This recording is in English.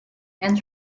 and